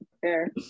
fair